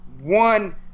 one